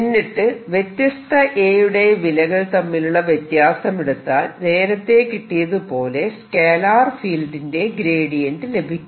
എന്നിട്ട് വ്യത്യസ്ത A യുടെ വിലകൾ തമ്മിലുള്ള വ്യത്യാസം എടുത്താൽ നേരത്തെ കിട്ടിയതുപോലെ സ്കേലാർ ഫീൽഡിന്റെ ഗ്രേഡിയൻറ് ലഭിക്കും